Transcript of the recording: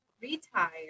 retire